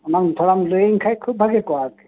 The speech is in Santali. ᱚᱱᱟᱢ ᱛᱷᱚᱲᱟᱢ ᱞᱟᱹᱭᱟᱹᱧ ᱠᱷᱟᱡ ᱠᱷᱩᱵᱽ ᱵᱷᱟᱜᱮ ᱠᱚᱜᱼᱟ ᱟᱨᱠᱤ